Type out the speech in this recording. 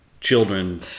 children